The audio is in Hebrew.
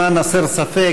למען הסר ספק,